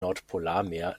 nordpolarmeer